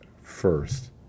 first